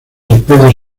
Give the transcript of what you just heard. especies